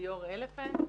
ליאור אלפנט,